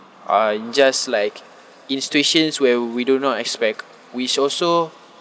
uh in just like in situations where we do not expect which also